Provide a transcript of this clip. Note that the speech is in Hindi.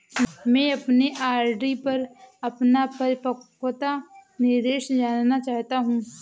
मैं अपने आर.डी पर अपना परिपक्वता निर्देश जानना चाहता हूं